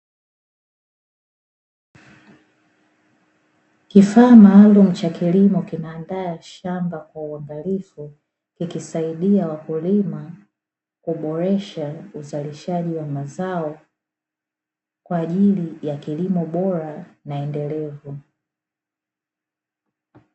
Kifaa maalumu cha kilimo kina andaa shamba kwa uangalifu, kikisaidia wakulima kuboresha uzalishaji wa mazao kwa ajili ya kilimo bora na endelevu.